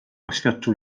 oświadczył